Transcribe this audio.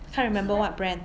can't remember what brand